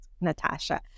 Natasha